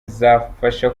zafasha